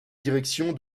direction